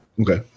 Okay